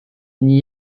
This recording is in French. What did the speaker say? n’y